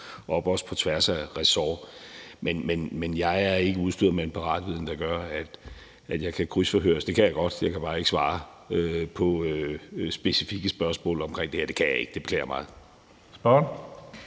op, også på tværs af ressortområder. Men jeg er ikke udstyret med en paratviden, der gør, at jeg kan krydsforhøres, eller det kan jeg godt, men jeg kan bare ikke svare på specifikke spørgsmål omkring det her. Det kan jeg ikke. Det beklager jeg